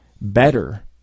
better